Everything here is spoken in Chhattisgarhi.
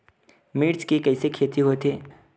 मिर्च के कइसे खेती होथे?